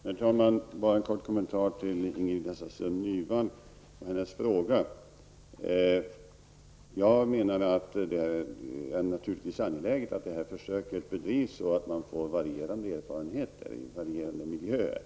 Herr talman! Bara en kort kommentar till Ingrid Hasselström Nyvall angående hennes fråga: Det är naturligtvis angeläget att detta försök bedrivs så att man får varierande erfarenheter från olika miljöer.